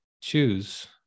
choose